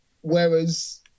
whereas